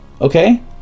okay